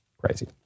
crazy